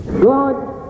God